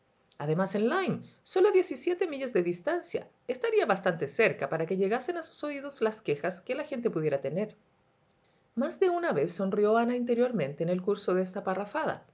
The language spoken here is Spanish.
además en lyme sólo a diez y siete millas de distancia estaría bastante cerca para que llegasen a sus oídos las quejas que la gente pudiera tener más de una vez sonrió ana interiormente en el curso de esta parrafada